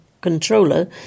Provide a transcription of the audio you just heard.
controller